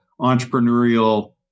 entrepreneurial